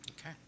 Okay